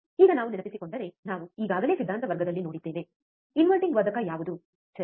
ಈಗ ನೀವು ನೆನಪಿಸಿಕೊಂಡರೆ ನಾವು ಈಗಾಗಲೇ ಸಿದ್ಧಾಂತ ವರ್ಗದಲ್ಲಿ ನೋಡಿದ್ದೇವೆ ಇನ್ವರ್ಟಿಂಗ್ ವರ್ಧಕ ಯಾವುದು ಸರಿ